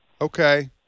Okay